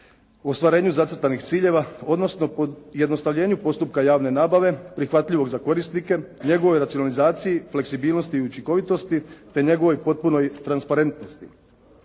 ostvarenju zacrtanih ciljeva, odnosno pojednostavljenju postupka javne nabave prihvatljivog za korisnike, njegovoj racionalizaciji, fleksibilnosti i učinkovitosti te njegovoj potpunoj transparentnosti.